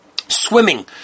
Swimming